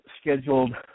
scheduled